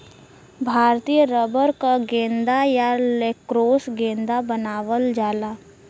भारतीय रबर क गेंदा या लैक्रोस गेंदा बनावल जाला